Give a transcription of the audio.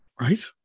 right